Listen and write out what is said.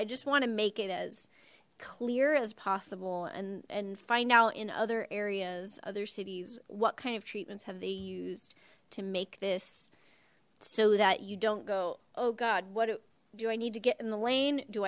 i just want to make it as clear as possible and and find out in other areas other cities what kind of treatments have they used to make this so that you don't go oh god what do do i need to get in the lane do